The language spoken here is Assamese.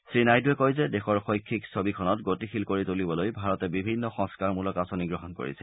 শ্ৰীনাইডুৱে কয় যে দেশৰ শৈক্ষিক ছবিখনত গতিশীল কৰি তুলিবলৈ ভাৰতে বিভিন্ন সংস্থাৰমূলক আঁচনি গ্ৰহণ কৰিছে